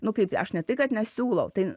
nu kaip aš ne tai kad nesiūlau tai